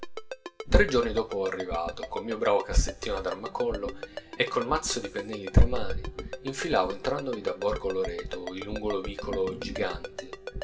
tre giorni dopo arrivato col mio bravo cassettino ad armacollo e col mazzo di pennelli tra mani infilavo entrandovi da borgo loreto il lungo vicolo giganti